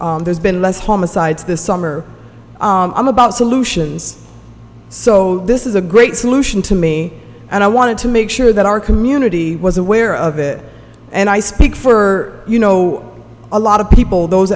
summer there's been less homicides this summer i'm about solutions so this is a great solution to me and i wanted to make sure that our community was aware of it and i speak for you know a lot of people those